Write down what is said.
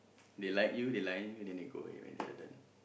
they like you they lie on you then they go away when they're done